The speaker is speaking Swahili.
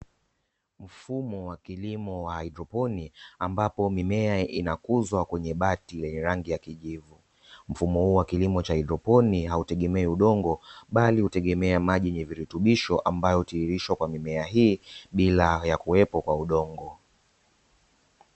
Mfumo wa kilimo wa haidroponi ambapo mimea inakuzwa kwenye bati la rangi ya kijivu, mfumo huu wa kilimo cha haidroponi, haugemei udongo bali maji yenye virutubisho ambayo hutiririshwa kwenye mimea hii bila uwepo wa udongo.